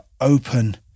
open